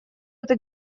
это